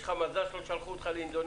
יש לך מזל שלא שלחו אותך לאינדונזיה.